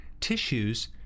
tissues